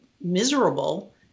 miserable